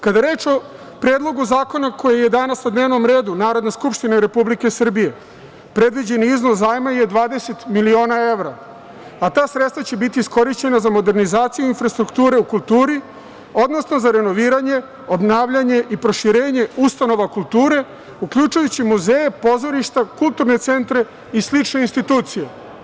Kada je reč o Predlogu zakona koji je danas na dnevnom redu Narodne skupštine Republike Srbije, predviđeni iznos zajma je 20 miliona evra, a ta sredstva će biti iskorišćena za modernizaciju infrastrukture u kulturi, odnosno za renoviranje, obnavljanje i proširenje ustanova kulture, uključujući muzeje, pozorišta, kulturne centre i slične institucije.